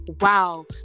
wow